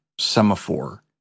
semaphore